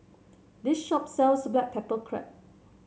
this shop sells Black Pepper Crab